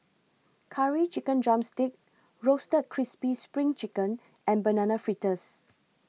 Curry Chicken Drumstick Roasted Crispy SPRING Chicken and Banana Fritters